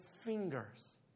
fingers